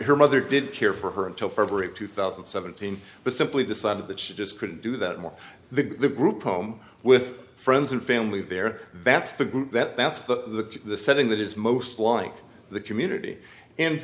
her mother didn't care for her until february of two thousand and seventeen but simply decided that she just couldn't do that more the group home with friends and family there that's the group that that's the setting that is most like the community and